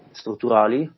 strutturali